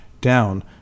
Down